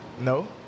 No